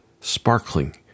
sparkling